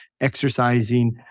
exercising